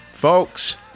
Folks